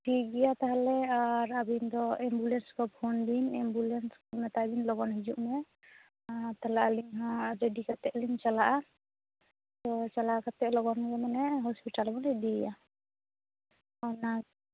ᱴᱷᱤᱠ ᱜᱮᱭᱟ ᱛᱟᱦᱚᱞᱮ ᱟᱨ ᱟᱵᱤᱱ ᱫᱚ ᱮᱢᱵᱩᱞᱮᱱᱥ ᱠᱚ ᱯᱷᱳᱱ ᱵᱤᱱ ᱮᱢᱵᱩᱞᱮᱱᱥ ᱢᱮᱛᱟᱭ ᱵᱤᱱ ᱞᱚᱜᱚᱱ ᱦᱤᱡᱩᱜ ᱢᱮ ᱟᱨ ᱛᱟᱦᱚᱞᱮ ᱟᱞᱤᱧ ᱦᱚᱸ ᱨᱮᱰᱤ ᱠᱟᱛᱮᱫ ᱞᱤᱧ ᱪᱟᱞᱟᱜᱼᱟ ᱛᱳ ᱪᱟᱞᱟᱣ ᱠᱟᱛᱮᱫ ᱞᱚᱜᱚᱱ ᱜᱮ ᱢᱟᱱᱮ ᱦᱳᱥᱯᱤᱴᱟᱞ ᱵᱚᱱ ᱤᱫᱤᱭᱮᱭᱟ ᱚᱱᱟᱜᱮ